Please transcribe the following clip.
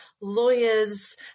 lawyers